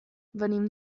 venim